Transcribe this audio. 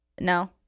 no